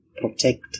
protect